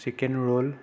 chicken roll